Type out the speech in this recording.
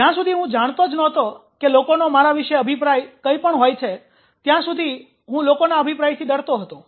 જ્યાં સુધી હું જાણતો જ નહોતો કે લોકોનો મારા વિશે અભિપ્રાય કઇંપણ હોય છે ત્યાં સુધી હું લોકોના અભિપ્રાયથી ડરતો હતો